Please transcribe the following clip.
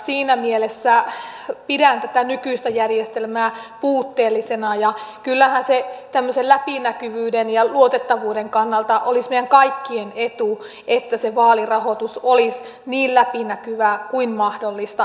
siinä mielessä pidän tätä nykyistä järjestelmää puutteellisena ja kyllähän se tämmöisen läpinäkyvyyden ja luotettavuuden kannalta olisi meidän kaikkien etu että se vaalirahoitus olisi niin läpinäkyvää kuin mahdollista